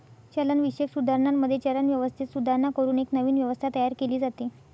चलनविषयक सुधारणांमध्ये, चलन व्यवस्थेत सुधारणा करून एक नवीन व्यवस्था तयार केली जाते